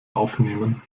aufnehmen